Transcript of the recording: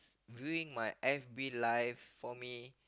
doing my F_B live for me